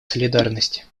солидарности